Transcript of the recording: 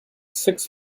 six